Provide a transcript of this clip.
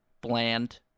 bland